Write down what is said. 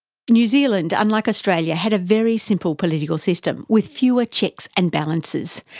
new zealand unlike australia had a very simple political system, with fewer checks and balances.